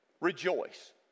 rejoice